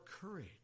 courage